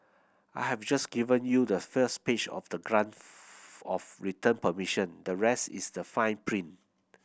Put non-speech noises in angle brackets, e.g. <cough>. I have just given you the first page of the grant <unintelligible> of return permission the rest is the fine print